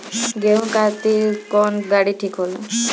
गेहूं काटे खातिर कौन गाड़ी ठीक होला?